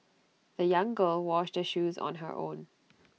the young girl washed her shoes on her own